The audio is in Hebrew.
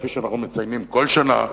כפי שאנחנו מציינים כל שנה.